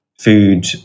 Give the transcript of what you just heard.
food